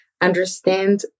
Understand